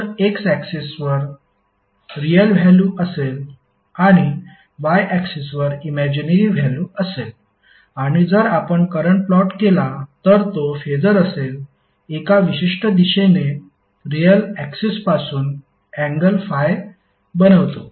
तर एक्स ऍक्सिसवर real value असेल आणि वाय ऍक्सिसवर इमॅजीनरी व्हॅल्यु असेल आणि जर आपण करंट प्लॉट केला तर तो फेसर असेल एका विशिष्ट दिशेने रियाल ऍक्सिसपासून अँगल ∅ बनवतो